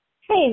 Hey